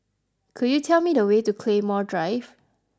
could you tell me the way to Claymore Drive